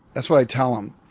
that's what i tell them.